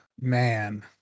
man